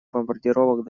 бомбардировок